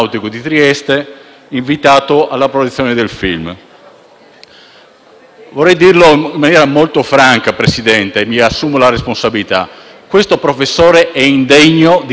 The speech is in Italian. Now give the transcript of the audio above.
Vorrei dirlo in maniera molto franca, Presidente, e me ne assumo la responsabilità: quel professore è indegno di rimanere professore della scuola italiana.